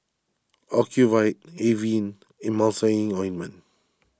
Ocuvite Avene Emulsying Ointment